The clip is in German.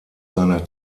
seiner